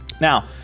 Now